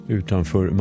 utanför